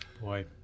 Boy